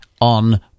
on